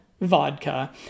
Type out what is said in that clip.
Vodka